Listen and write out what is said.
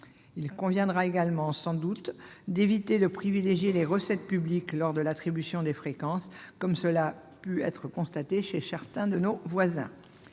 Il conviendra notamment sans doute d'éviter de privilégier les recettes publiques lors de l'attribution des fréquences, comme cela a pu être constaté chez certains de nos voisins.